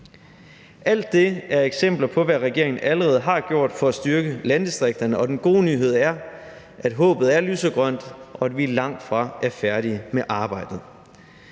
Alt det er eksempler på, hvad regeringen allerede har gjort for at styrke landdistrikterne. Og den gode nyhed er, at håbet er lysegrønt, og at vi langtfra er færdige med arbejdet.